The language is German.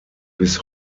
bis